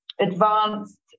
advanced